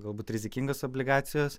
galbūt rizikingos obligacijos